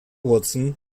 watson